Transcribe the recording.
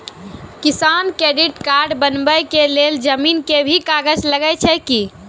किसान credit card बनबा के लेल जमीन के भी कागज लागै छै कि?